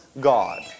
God